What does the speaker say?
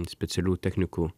specialių technikų